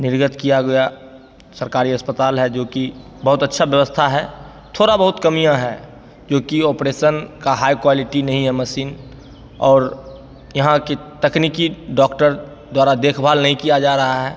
निर्गत किया गया सरकारी अस्पताल है जो कि बहुत अच्छा व्यवस्था है थोड़ा बहुत कमियाँ है क्योंकि ऑपरेशन का हाई क्वालिटी नहीं है मशीन और यहाँ की तकनीकी डॉक्टर द्वारा देखभाल नहीं किया जा रहा है